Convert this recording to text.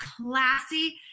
classy